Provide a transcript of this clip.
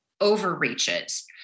overreaches